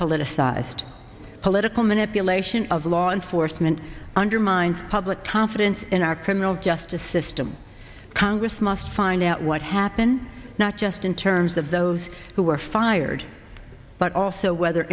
politicized political manipulation of law enforcement undermined public confidence in our criminal justice system congress must find out what happened not just in terms of those who were fired but also whether